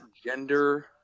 Gender